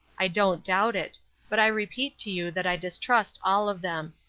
i don't doubt it but i repeat to you that i distrust all of them.